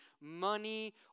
money